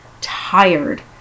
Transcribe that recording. tired